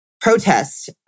protest